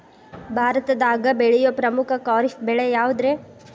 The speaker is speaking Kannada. ಭಾರತದಾಗ ಬೆಳೆಯೋ ಪ್ರಮುಖ ಖಾರಿಫ್ ಬೆಳೆ ಯಾವುದ್ರೇ?